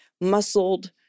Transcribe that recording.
muscled